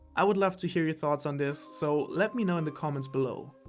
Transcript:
i would love to hear your thoughts on this. so, let me know in the comments below.